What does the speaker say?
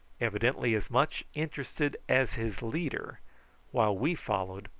evidently as much interested as his leader while we followed,